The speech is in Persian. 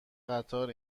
قطار